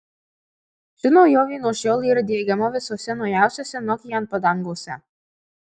ši naujovė nuo šiol yra diegiama visose naujausiose nokian padangose